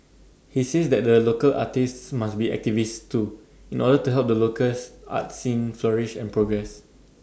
he says that the local artists must be activists too in order to help the locals art scene flourish and progress